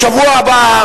בשבוע הבא,